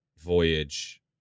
Voyage